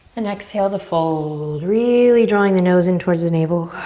and exhale to fold. really drawing the nose in towards the navel.